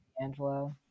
Angelo